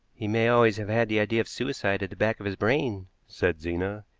he may always have had the idea of suicide at the back of his brain, said zena.